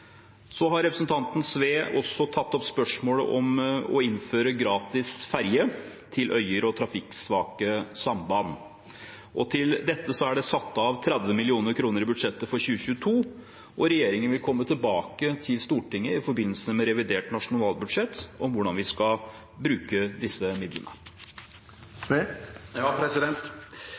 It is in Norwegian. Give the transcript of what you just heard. Representanten Sve har også tatt opp spørsmålet om å innføre gratis ferje til øyer og trafikksvake samband. Til dette er det satt av 30 mill. kr i budsjettet for 2022, og regjeringen vil komme tilbake til Stortinget i forbindelse med revidert nasjonalbudsjett om hvordan vi skal bruke disse